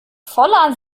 voller